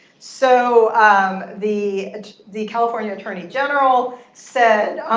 so um the the california attorney general said,